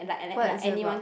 what is it about